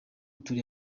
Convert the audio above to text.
turi